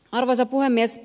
arvoisa puhemies